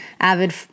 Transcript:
avid